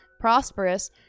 prosperous